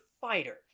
fighter